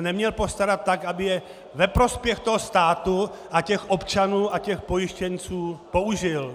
neměl postarat tak, aby je ve prospěch toho státu, těch občanů a těch pojištěnců použil?